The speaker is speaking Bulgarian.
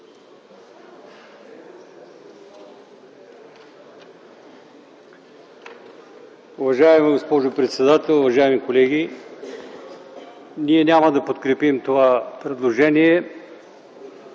Уважаема госпожо председател, уважаеми колеги! Ние няма да подкрепим това предложение